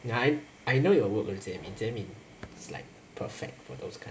I I know it'll work with jie min jie min is like perfect for those kind